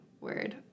word